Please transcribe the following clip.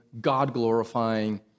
God-glorifying